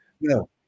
No